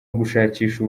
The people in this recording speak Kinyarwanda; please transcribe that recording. ugushakisha